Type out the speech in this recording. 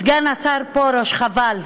סגן השר פרוש, חבל.